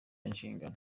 inshingano